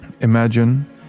Imagine